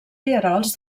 rierols